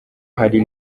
hari